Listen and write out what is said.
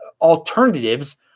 alternatives